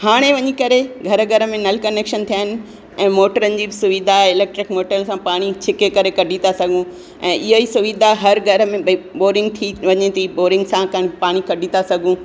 हाणे वञी करे घर घर में नल कनैक्शन थिया आहिनि ऐं मोटरुनि जी बि सुविधा इलैक्ट्रिक मोटर सां पाणी छिके करे कढी था सघूं ऐं ईअं ई सुविधा हर घर में बोरिंग थी वञे थी बोरिंग सां कान पाणी कढी था सघूं